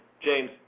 James